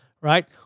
right